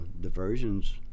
diversions